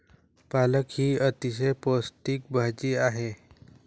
पालक ही अतिशय पौष्टिक भाजी आहे